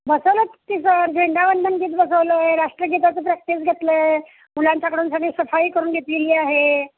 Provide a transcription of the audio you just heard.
बसवलंच की सर झेंडावंदन गीत बसवलं आहे राष्ट्रगीताची प्रॅक्टिस घेतली आहे मुलांच्याकडून सगळी सफाई करून घेतलेली आहे